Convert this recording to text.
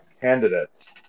candidates